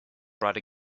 brought